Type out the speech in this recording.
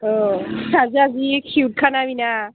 औ फिसाजोआ जि किउत खाना बेना